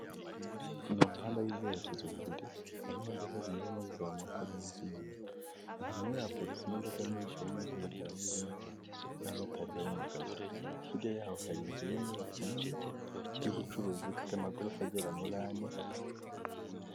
Mu muhanda y'ibyerekezo bibiri naho imodoka zinyuraranye zizamukagendarimo zimanuka inyuma ya yadutse imodoka nyinshi hamwemo z'umukara n'iz'umweru n'abamotari bari mu kazi hirya yaho hari inzu yininyubako nini y'ubucuruzi ifite amagorofa agera muri ane.